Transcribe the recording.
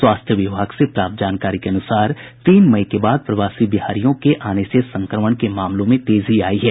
स्वास्थ्य विभाग से प्राप्त जानकारी के अनुसार तीन मई के बाद प्रवासी बिहारियों के आने से संक्रमण के मामलों में तेजी आयी है